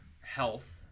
health